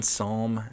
Psalm